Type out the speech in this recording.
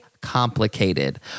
complicated